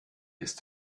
ist